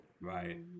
Right